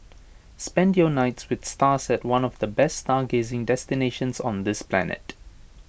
spend your nights with stars at one of the best stargazing destinations on this planet